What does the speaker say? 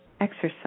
exercise